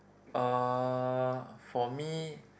uh for me